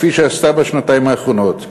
כפי שעשתה בשנתיים האחרונות.